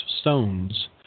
stones